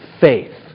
faith